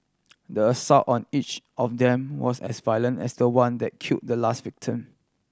the assault on each of them was as violent as the one that kill the last victim